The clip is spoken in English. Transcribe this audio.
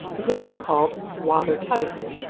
it had been called water-tight.